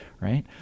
right